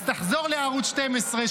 אז תחזור לערוץ 12,